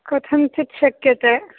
कथञ्चित् शक्यते